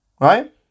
right